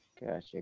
Gotcha